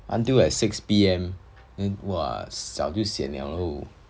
until like six P_M and then !wah! 早就 sian liao